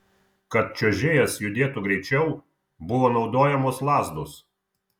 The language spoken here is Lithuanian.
kad čiuožėjas judėtų greičiau buvo naudojamos lazdos